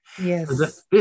yes